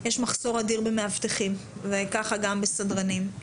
יש מחסור אדיר במאבטחים וככה גם בסדרנים.